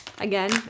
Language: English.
Again